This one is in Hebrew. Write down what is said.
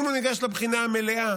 אם הוא ניגש לבחינה המלאה,